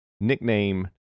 nickname